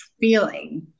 feeling